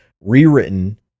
Rewritten